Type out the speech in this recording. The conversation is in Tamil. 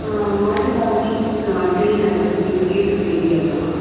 மாட்டு தாவணி டிநகர் நீங்கள் கேட்டிருந்த ஏரியா தான்